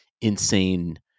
insane